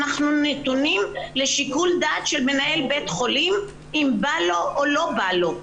אנחנו נתונים לשיקול דעת של מנהל בית חולים אם בא לו או לא בא לו,